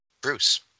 Bruce